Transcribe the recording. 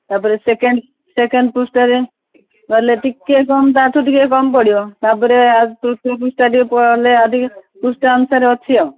ତାପରେ second second ପୃଷ୍ଠାରେ ଗଲେ ଟିକେ କମ୍ ତାଠୁ ଟିକେ କମ୍ ପଡ଼ିବ ତାପରେ ତୃତୀୟ ପୃଷ୍ଠାକୁ ଗଲେ ଟିକେ ଅଧିକ ପୃଷ୍ଠା ଅନୁସାରେ ଅଛି ଆଉ